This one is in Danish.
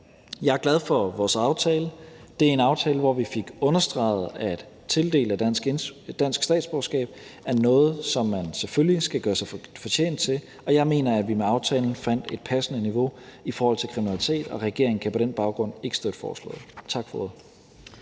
Jeg er glad for vores aftale. Det er en aftale, hvor vi fik understreget, at tildeling af dansk statsborgerskab er noget, som man selvfølgelig skal gøre sig fortjent til, og jeg mener, at vi med aftalen fandt et passende niveau i forhold til kriminalitet, og regeringen kan på den baggrund ikke støtte forslaget. Tak for ordet.